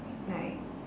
like